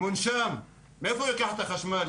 מונשם מאיפה המועצה תספק לו את החשמל?